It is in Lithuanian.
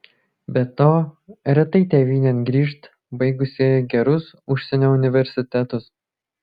be to retai tėvynėn grįžt baigusieji gerus užsienio universitetus